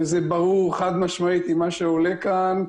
וזה ברור חד משמעית ממה שעולה כאן,